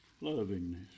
lovingness